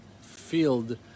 field